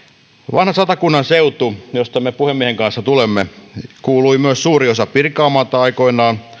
vanha satakunnan seutu josta me puhemiehen kanssa tulemme johon kuului myös suuri osa pirkanmaata aikoinaan